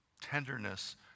tenderness